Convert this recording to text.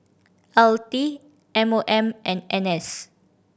L T M O M and N S